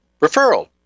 Referral